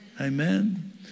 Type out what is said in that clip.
Amen